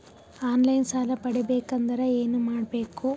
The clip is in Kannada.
ಆನ್ ಲೈನ್ ಸಾಲ ಪಡಿಬೇಕಂದರ ಏನಮಾಡಬೇಕು?